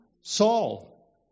Saul